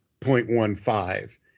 0.15